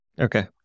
Okay